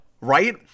right